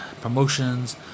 promotions